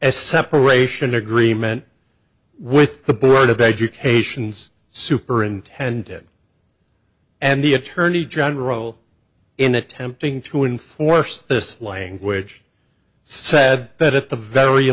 as separation agreement with the board of education's superintended and the attorney general in attempting to enforce this language said that at the very